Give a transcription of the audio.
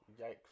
Yikes